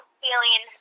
feeling